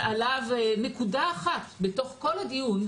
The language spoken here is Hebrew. נקודה אחת בתוך כל הדיון,